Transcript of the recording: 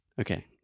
Okay